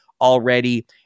already